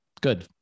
good